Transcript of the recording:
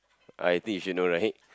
I think you should know right